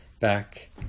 back